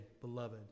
beloved